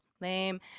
lame